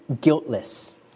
guiltless